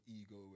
ego